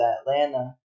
Atlanta